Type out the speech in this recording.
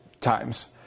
times